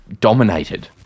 dominated